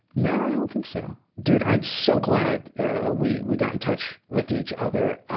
no, i don't think so. dude, i'm so glad, ah, we, we got in touch with each other.